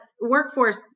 workforce